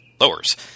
lowers